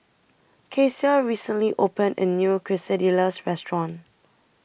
Kecia recently opened A New Quesadillas Restaurant